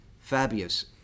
Fabius